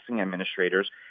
administrators